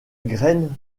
graine